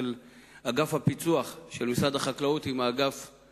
אגף הפיצו"ח של משרד החקלאות עם אגף האכיפה